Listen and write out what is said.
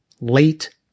late